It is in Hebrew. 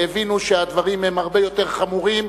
והבינו שהדברים הם הרבה יותר חמורים.